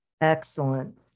Excellent